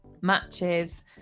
matches